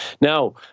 now